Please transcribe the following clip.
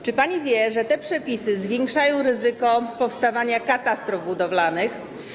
Czy pani wie, że te przepisy zwiększają ryzyko powstawania katastrof budowlanych?